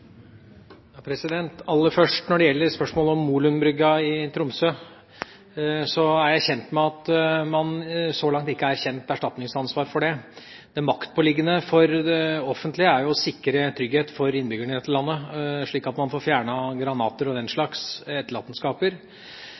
jeg kjent med at man så langt ikke har erkjent erstatningsansvar for den. Det maktpåliggende for det offentlige er jo å sikre trygghet for innbyggerne i dette landet, slik at man får fjernet granater og den slags etterlatenskaper.